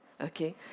okay